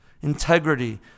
integrity